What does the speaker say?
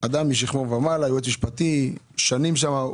משכמו ומעלה, יועץ משפטי שנמצא כבר שנים רבות שם.